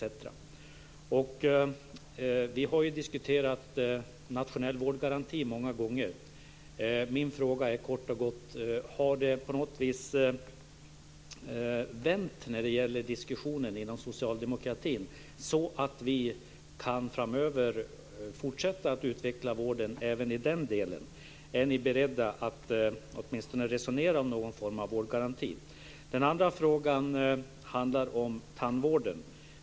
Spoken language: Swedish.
Vi har många gånger diskuterat en nationell vårdgaranti. Min fråga är kort och gott: Har det på något sätt vänt när det gäller diskussionen inom socialdemokratin, så att vi framöver kan fortsätta att utveckla vården även i den delen? Är ni beredda att åtminstone resonera om någon form av vårdgaranti? Den andra frågan handlar om tandvården.